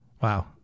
Wow